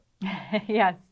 Yes